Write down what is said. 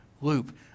loop